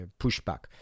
pushback